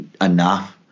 enough